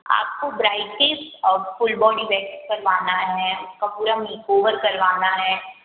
आपको bride case और full body wax करवाना है उसका पूरा मेकओवर करवाना है